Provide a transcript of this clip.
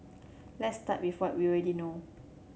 let's start with what we already know